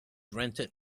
rented